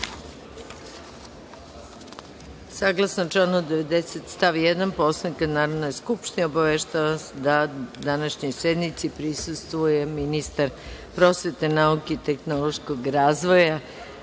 članu 90. stav 1. Poslovnika Narodne skupštine, obaveštavam vas da današnjoj sednici prisustvuje ministar prosvete, nauke i tehnološkog razvoja,